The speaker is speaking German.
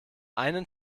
einen